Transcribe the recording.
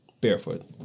barefoot